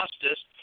justice